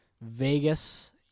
Vegas